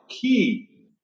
key